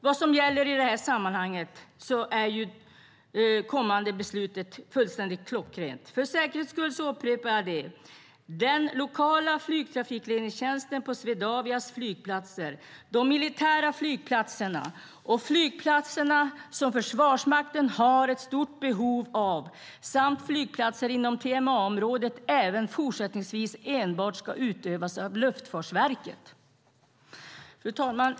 Vad gäller det kommande beslutet är det klockrent. För säkerhets skull upprepar jag det. Den lokala flygtrafikledningstjänsten på Swedavias flygplatser, de militära flygplatserna och flygplatser som Försvarsmakten har ett stort behov av samt flygplatser inom TMA-områden ska även fortsättningsvis enbart utövas av Luftfartsverket. Fru talman!